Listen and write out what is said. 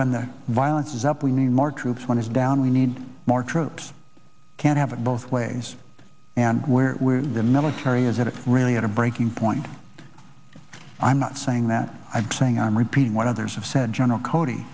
when the violence is up we need more troops one is down we need more troops can't have it both ways and where the military is it really at a breaking point i'm not saying that i'm saying i'm repeating what others have said general cody